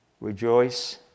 Rejoice